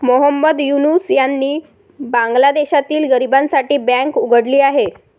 मोहम्मद युनूस यांनी बांगलादेशातील गरिबांसाठी बँक उघडली आहे